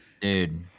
Dude